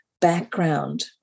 background